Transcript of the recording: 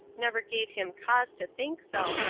never gave him cause to think so,